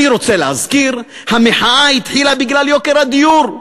אני רוצה להזכיר: המחאה התחילה בגלל יוקר הדיור.